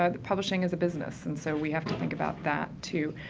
ah the publishing is a business and so we have to think about that, too.